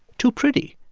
too pretty,